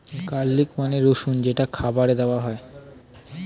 garlic মানে রসুন যেটা খাবারে দেওয়া হয়